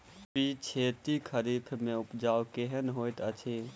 पिछैती खरीफ मे उपज केहन होइत अछि?